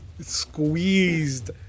squeezed